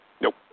Nope